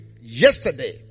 yesterday